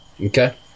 Okay